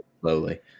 slowly